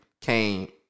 came